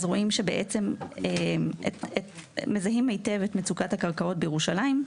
אז מזהים היטב את מצוקת הקרקעות בירושלים.